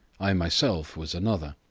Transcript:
i myself was another.